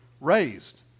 raised